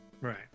Right